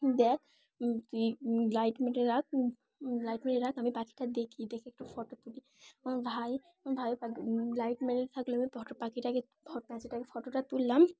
দেখ তুই লাইটমোডে রাখ লাইটমেরে রাখ আমি পাখিটা দেখি দেখে একটু ফটো তুলি আমার ভাই আমার ভাই পাখি লাইট মেরেই থাকলে আমি ফটো পাখিটাকে পাখিটাকে ফটোটা তুললাম